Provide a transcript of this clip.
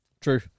True